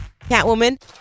Catwoman